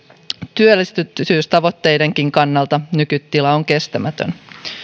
työllisyystavoitteidenkin kannalta nykytila on kestämätön